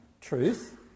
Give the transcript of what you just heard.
truth